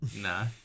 nah